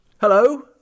Hello